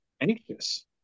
anxious